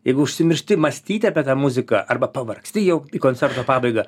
jeigu užsimiršti mąstyti apie tą muziką arba pavargsti jau koncerto pabaigą